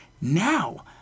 Now